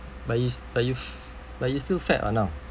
but you s~ but you but you still fat [what] now